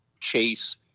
chase